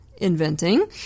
Inventing